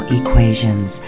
equations